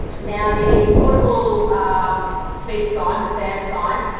now, the portable um speed sign, the sam sign,